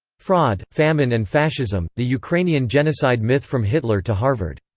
fraud, famine and fascism the ukrainian genocide myth from hitler to harvard.